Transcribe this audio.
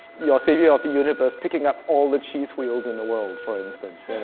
your savior of the universe picking up all the cheese wheels in the world, for instance,